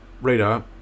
Radar